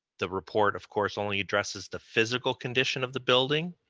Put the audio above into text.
the report, of course, only addresses the physical condition of the building.